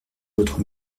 votre